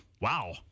Wow